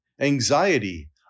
anxiety